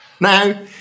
Now